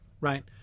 Right